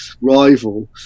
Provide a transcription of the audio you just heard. rival